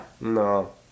no